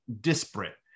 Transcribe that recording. disparate